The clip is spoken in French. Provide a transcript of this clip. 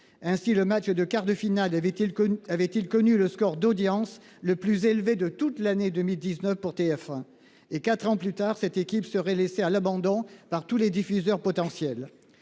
Ainsi le match de quart de finale, avait-il que avait-il connu le score d'audience le plus élevé de toute l'année 2019 pour TF1 et 4 ans plus tard, cette équipe serait laissé à l'abandon par tous les diffuseurs potentiels.